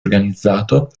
organizzato